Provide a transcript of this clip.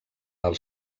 del